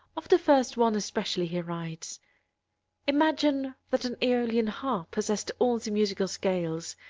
of the first one especially he writes imagine that an aeolian harp possessed all the musical scales,